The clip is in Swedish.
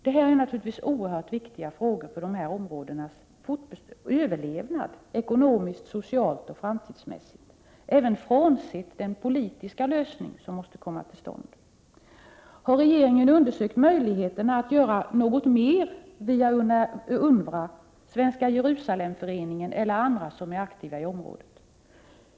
Detta är naturligtvis oerhört viktiga frågor för dessa områdens överlevnad, ekonomiskt, socialt och framtidsmässigt, även frånsett den politiska lösning som måste komma till stånd. Har regeringen undersökt möjligheterna att göra något mer via UNRWA, Svenska Jerusalemföreningen eller andra som är aktiva i området?